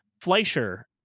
Fleischer